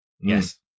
Yes